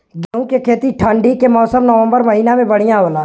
गेहूँ के खेती ठंण्डी के मौसम नवम्बर महीना में बढ़ियां होला?